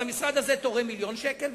אז המשרד הזה תורם מיליון שקל,